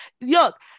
Look